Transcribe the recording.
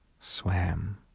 swam